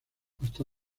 hasta